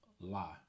lie